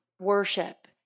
worship